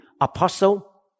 apostle